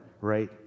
right